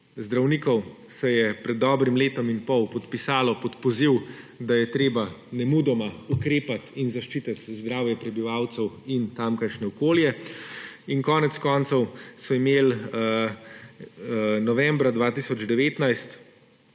zdravnikov se je pred dobrim letom in pol podpisalo pod poziv, da je treba nemudoma ukrepati in zaščititi zdravje prebivalcev in tamkajšnje okolje. In konec koncev so imeli novembra 2019